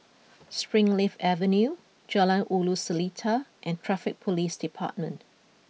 Springleaf Avenue Jalan Ulu Seletar and Traffic Police Department